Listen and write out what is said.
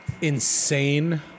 insane